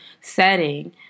setting